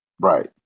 Right